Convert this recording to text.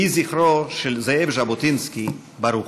יהי זכרו של זאב ז'בוטינסקי ברוך.